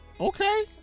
Okay